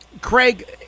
Craig